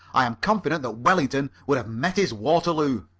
i am confident that wellington would have met his waterloo.